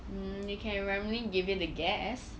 mm you can randomly give it a guess